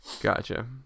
Gotcha